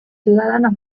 ciudadanos